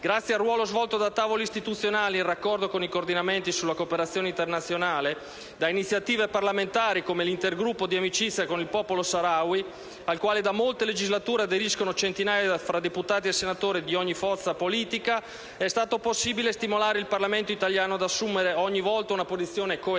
Grazie al ruolo svolto da tavoli istituzionali in raccordo con i coordinamenti sulla cooperazione internazionale, da iniziative parlamentari come l'Intergruppo di amicizia con il popolo Saharawi, al quale da molte legislature aderiscono centinaia fra deputati e senatori di ogni forza politica, è stato possibile stimolare il Parlamento italiano ad assumere ogni volta una posizione coerente